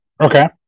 Okay